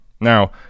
Now